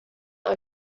are